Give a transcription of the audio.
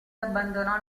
abbandonò